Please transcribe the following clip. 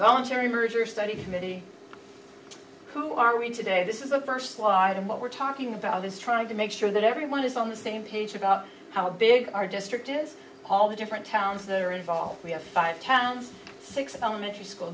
voluntary merger study committee who are we today this is the first slide and what we're talking about is trying to make sure that everyone is on the same page about how big our district is all the different towns that are involved we have five towns six elementary school